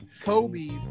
Kobe's